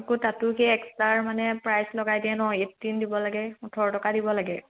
আকৌ তাতো সেই এক্সট্ৰাৰ মানে প্ৰাইচ লগাই দিয়ে ন এইটিন দিব লাগে ওঠৰ টকা দিব লাগে